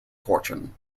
fortune